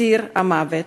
"ציר המוות",